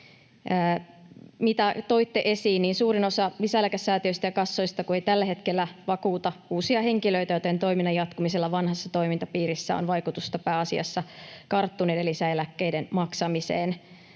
Suurin osa lisäeläkesäätiöistä ja -kassoista ei tällä hetkellä vakuuta uusia henkilöitä, joten toiminnan jatkumisella vanhassa toimintapiirissä on vaikutusta pääasiassa karttuneiden lisäeläkkeiden maksamiseen.